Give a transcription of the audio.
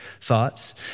thoughts